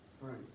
Right